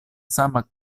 sama